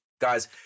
guys